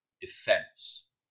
defense